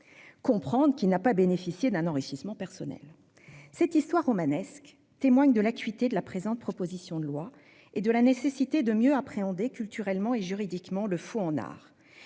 comprendre par là qu'il n'a pas bénéficié d'un enrichissement personnel. Cette histoire romanesque témoigne de l'acuité de la présente proposition de loi et de la nécessité de mieux appréhender, culturellement et juridiquement, le faux en art.